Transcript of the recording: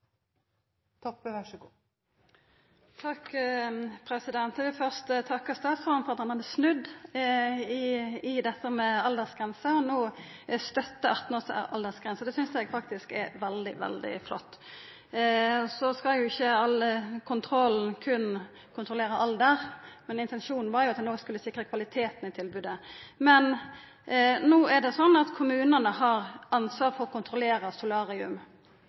Eg vil først takka statsråden for at han har snudd i spørsmålet om aldersgrense og no støttar 18-års aldersgrense. Det synest eg er veldig flott. Så skal ikkje kontrollen berre kontrollera alder, men intensjonen var at ein skulle sikra kvaliteten i tilbodet. Men no er det slik at kommunane har ansvar for å kontrollera